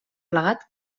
plegat